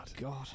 God